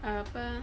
err apa